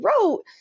wrote